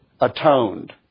atoned